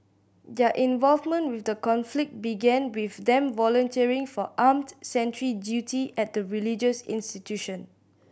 their involvement with the conflict began with them volunteering for armed sentry duty at the religious institution